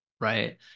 right